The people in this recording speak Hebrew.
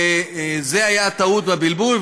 וזה היה הטעות והבלבול,